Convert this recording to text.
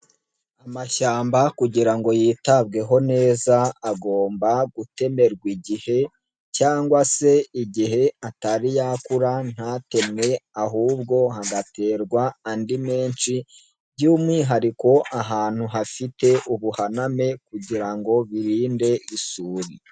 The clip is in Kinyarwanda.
Amashyamba kugira ngo yitabweho neza, agomba gutemerwa igihe cyangwa se igihe atari yakura ntatemwe, ahubwo hagaterwa andi menshi, by'umwihariko ahantu hafite ubuhaname kugira ngo birinde isuri.